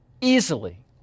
easily